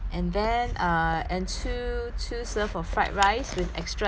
and two two serve of fried rice with extra egg